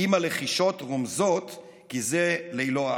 אם הלחישות / רומזות כי זה לילו האחרון,